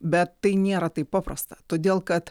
bet tai nėra taip paprasta todėl kad